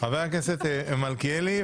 חבר הכנסת מלכיאלי,